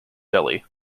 delhi